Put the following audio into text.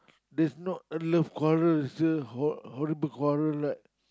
that's not a love quarrel it's a horr~ horrible quarrel right